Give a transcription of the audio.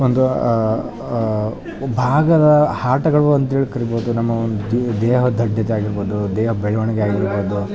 ಒಂದು ಭಾಗದ ಆಟಗಳು ಅಂತೇಳಿ ಕರಿಬೋದು ನಮ್ಮ ಒಂದು ದೇಹ ದಡ್ದಾಗಿರ್ಬೌದು ದೇಹ ಬೆಳವಣ್ಗೆ ಆಗಿರ್ಬೌದು